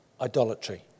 idolatry